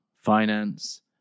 finance